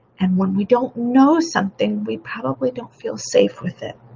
and when we don't know something, we probably don't feel safe with it.